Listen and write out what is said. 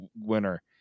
winner